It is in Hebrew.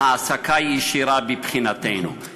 העסקה ישירה מבחינתנו, נכון.